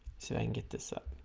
so i can get this up